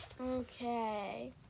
Okay